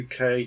UK